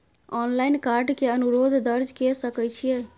Online card के अनुरोध दर्ज के सकै छियै?